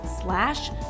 slash